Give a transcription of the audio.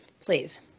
please